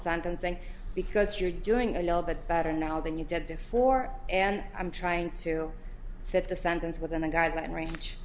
sentencing because you're doing a little bit better now than you did before and i'm trying to fit the sentence within the guidelines range